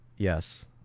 Yes